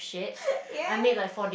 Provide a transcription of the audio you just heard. ya